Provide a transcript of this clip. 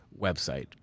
website